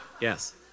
Yes